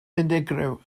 unigryw